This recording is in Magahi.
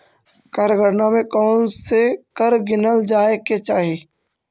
कर गणना में कौनसे कर गिनल जाए के चाही